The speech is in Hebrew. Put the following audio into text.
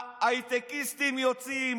ההייטקיסטים יוצאים,